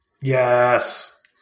Yes